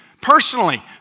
personally